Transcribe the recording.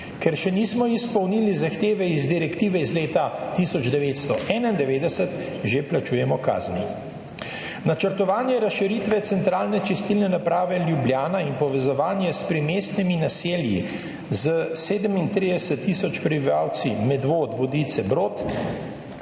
Ker še nismo izpolnili zahteve iz direktive iz leta 1991, že plačujemo kazni. Načrtovanje razširitve centralne čistilne naprave Ljubljana in povezovanje s primestnimi naselji s 37 tisoč prebivalci Medvod, Vodice, Brod,